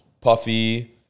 puffy